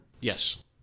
Yes